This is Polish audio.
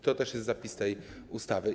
To też jest zapis tej ustawy.